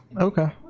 okay